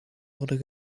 worden